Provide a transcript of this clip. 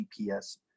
GPS